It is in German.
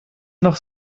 noch